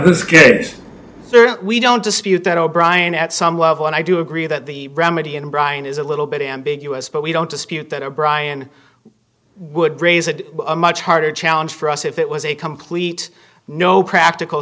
but we don't dispute that o'brien at some level and i do agree that the remedy in brian is a little bit ambiguous but we don't dispute that o'brien would raise it a much harder challenge for us if it was a complete no practical